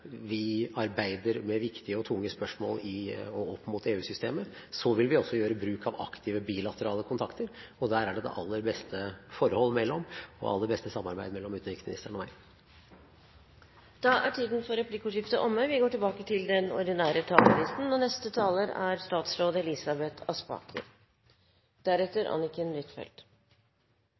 vi arbeider med viktige og tunge spørsmål opp mot EU-systemet, vil vi også gjøre bruk av aktive bilaterale kontakter, og der er det det aller beste forhold og samarbeid mellom utenriksministeren og meg. Replikkordskiftet er omme. På fiskeriområdet er Norges forhold til EU regulert på en slik måte at vi er utenfor og innenfor på samme tid. Forvaltning av ressursene er